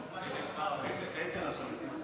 לא.